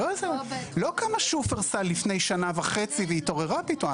לא קמה שופרסל לפני שנה וחצי והתעוררה פתאום.